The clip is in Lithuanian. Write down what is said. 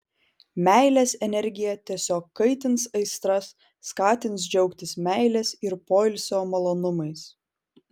meilės energija tiesiog kaitins aistras skatins džiaugtis meilės ir poilsio malonumais